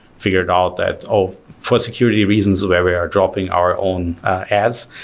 figured out that oh, for security reasons where we are dropping our own ads,